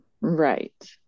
Right